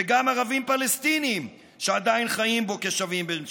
וגם ערבים פלסטינים שעדיין חיים פה כשווים בין שווים.